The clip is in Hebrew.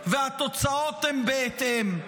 והתוצאות הן בהתאם.